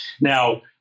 Now